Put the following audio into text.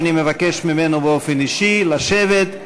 שאני מבקש ממנו באופן אישי לשבת.